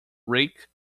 rick